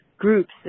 Groups